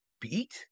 beat